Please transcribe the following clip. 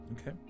Okay